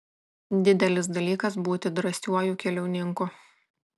didelis dalykas būti drąsiuoju keliauninku